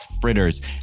fritters